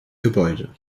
gebäude